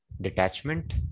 detachment